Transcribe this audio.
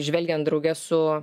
žvelgiant drauge su